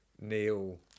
neil